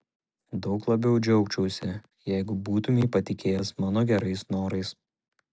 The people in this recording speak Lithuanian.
daug labiau džiaugčiausi jeigu būtumei patikėjęs mano gerais norais